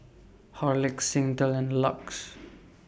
Horlicks Singtel and LUX